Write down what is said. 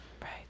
right